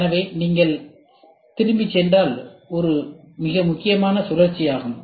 எனவே நீங்கள் திரும்பிச் சென்றால் இது ஒரு மிக முக்கியமான சுழற்சியாகும்